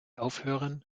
aufhören